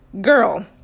Girl